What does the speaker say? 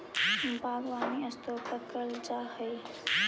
बागवानी दो स्तर पर करल जा हई